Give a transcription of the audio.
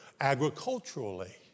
agriculturally